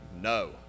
no